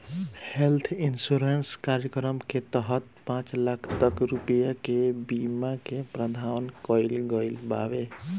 health insurance कार्यक्रम के तहत पांच लाख तक रुपिया के बीमा के प्रावधान कईल गईल बावे